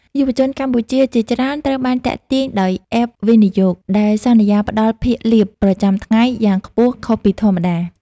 យុវជនកម្ពុជាជាច្រើនត្រូវបានទាក់ទាញដោយ "App វិនិយោគ" ដែលសន្យាផ្តល់ភាគលាភប្រចាំថ្ងៃយ៉ាងខ្ពស់ខុសពីធម្មតា។